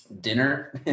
dinner